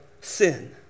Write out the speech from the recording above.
sin